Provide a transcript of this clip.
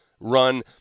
run